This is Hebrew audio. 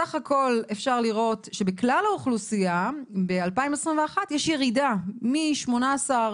בסך הכול אפשר לראות שבכלל האוכלוסייה ב-2021 יש ירידה מ-18.2%